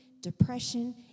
depression